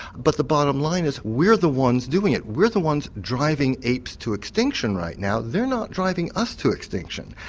but the bottom line is we're the ones doing it, we're the ones driving apes to extinction right now, they are not driving us to extinction.